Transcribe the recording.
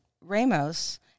Ramos